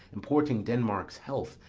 importing denmark's health,